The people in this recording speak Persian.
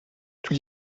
توی